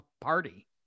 party